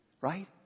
Right